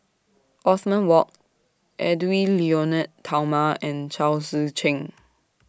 Othman Wok Edwy Lyonet Talma and Chao Tzee Cheng